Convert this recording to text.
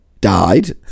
died